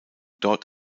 dort